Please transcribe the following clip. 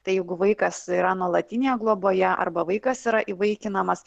tai jeigu vaikas yra nuolatinėje globoje arba vaikas yra įvaikinamas